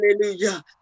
hallelujah